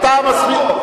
אני רוצה להיות גבוה.